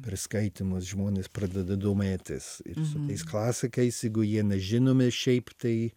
per skaitymus žmonės pradeda domėtis su tais klasikais jeigu jie nežinomi šiaip tai